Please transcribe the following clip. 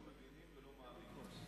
לא מבינים ולא מאמינים.